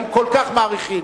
הם כל כך מעריכים.